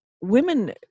women